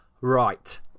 Right